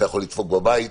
אתה יכול לדפוק בבית,